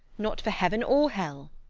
not for heaven or hell!